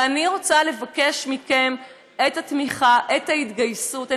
ואני רוצה לבקש מכם את התמיכה, את ההתגייסות.